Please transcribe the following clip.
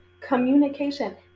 communication